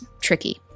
tricky